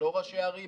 לא ראשי הערים,